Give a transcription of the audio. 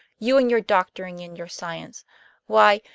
you and your doctoring and your science why,